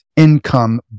income